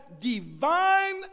divine